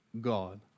God